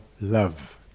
Love